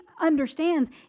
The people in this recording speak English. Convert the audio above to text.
understands